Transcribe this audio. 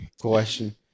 Question